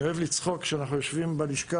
אני אוהב לצחוק כשאנחנו יושבים בלשכה